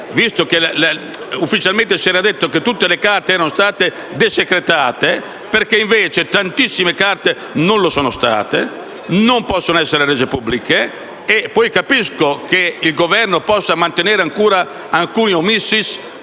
visto che ufficialmente si era deciso che tutte le carte erano state desegretate: invece, tantissime carte non lo sono e non possono essere rese pubbliche. Capisco che il Governo possa mantenere ancora alcuni *omissis*